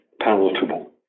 palatable